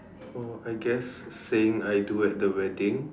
oh I guess saying I do at the wedding